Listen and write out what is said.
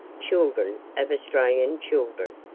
children of australian children,